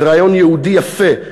זה רעיון יהודי יפה,